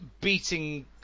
beating